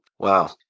Wow